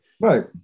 Right